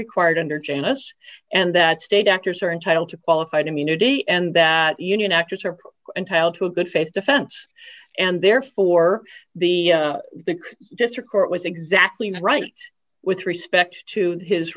required under janus and that state actors are entitled to qualified immunity and that union actors are entitled to a good face defense and therefore the district court was exactly right with respect to his